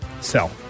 sell